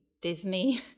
disney